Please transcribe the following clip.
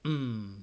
mm